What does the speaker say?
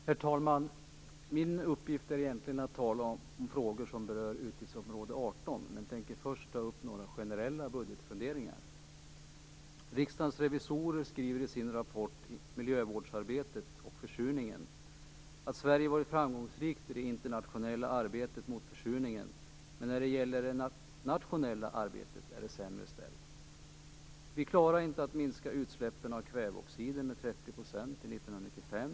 Herr talman! Min uppgift är egentligen att tala om frågor som berör utgiftsområde 18 men tänker först ta upp några generella budgetfunderingar. Riksdagens revisorer skriver i sin rapport Miljövårdsarbetet och försurningen att Sverige varit framgångsrikt i det internationella arbetet mot försurningen, men när det gäller det nationella arbetet är det sämre ställt. Vi klarade inte att minska utsläppen av kväveoxider med 30 % till 1995.